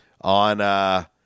on –